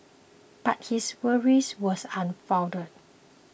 but his worries were unfounded